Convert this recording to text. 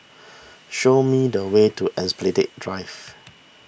show me the way to Esplanade Drive